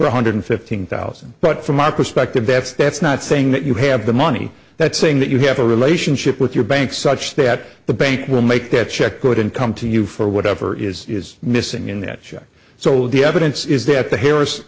one hundred fifteen thousand but from my perspective that's that's not saying that you have the money that's saying that you have a relationship with your bank such that the bank will make that check go out and come to you for whatever there is missing in that shop so the evidence is that the harris